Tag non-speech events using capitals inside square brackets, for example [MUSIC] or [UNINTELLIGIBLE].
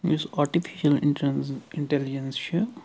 یُس artificial [UNINTELLIGIBLE] intelligence چھِ